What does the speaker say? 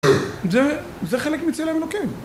זה... זה חלק מצלם אלוקים